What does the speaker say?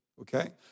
Okay